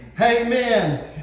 amen